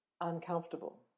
uncomfortable